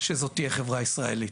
שזו תהיה חברה ישראלית,